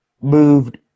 moved